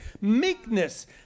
meekness